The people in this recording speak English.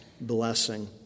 blessing